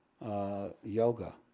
yoga